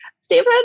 Stephen